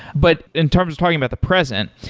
but in terms of talking about the present,